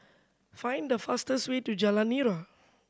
find the fastest way to Jalan Nira